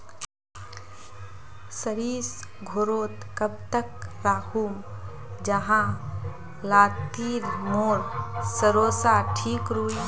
सरिस घोरोत कब तक राखुम जाहा लात्तिर मोर सरोसा ठिक रुई?